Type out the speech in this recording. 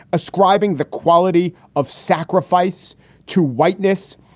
ascribing the quality of sacrifice to whiteness,